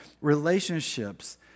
relationships